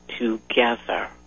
together